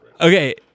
Okay